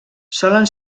solen